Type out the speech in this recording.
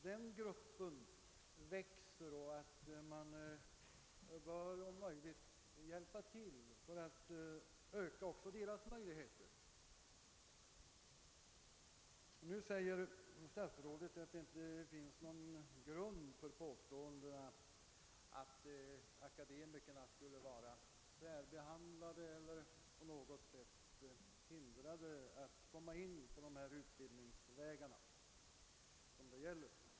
Den gruppen växer, och vi bör hjälpa till att försöka öka även dessa personers möjligheter. | Statsrådet säger att det inte finns någon' "grund för påståendena att akademikerna skulle vara särbehandlade eller på något sätt hindras från att komma :in på de utbildningsvägar det här gäller.